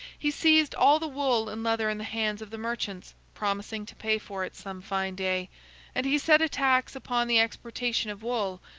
he seized all the wool and leather in the hands of the merchants, promising to pay for it some fine day and he set a tax upon the exportation of wool,